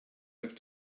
have